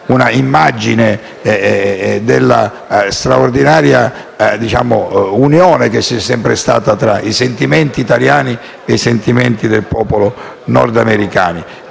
l'immagine della straordinaria unione sempre esistita tra i sentimenti italiani e i sentimenti del popolo nordamericano.